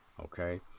Okay